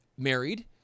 married